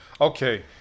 Okay